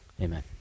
amen